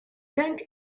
punk